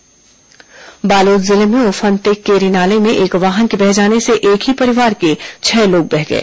बालोद हादसा बालोद जिले में उफनते केरी नाले में एक वाहन के बह जाने से एक ही परिवार के छह लोग बह गए